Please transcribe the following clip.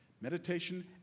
Meditation